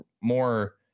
more